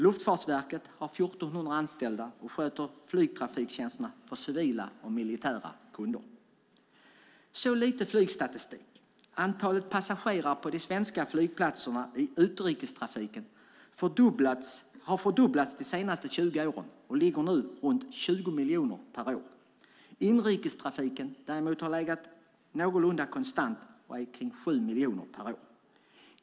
Luftfartsverket har 1 400 anställda och sköter flygtrafiktjänsterna för civila och militära kunder. Så lite flygstatistik. Antalet passagerare på de svenska flygplatserna i utrikestrafiken har fördubblats de senaste 20 åren och ligger nu runt 20 miljoner per år. Inrikestrafiken har däremot legat någorlunda konstant kring 7 miljoner per år.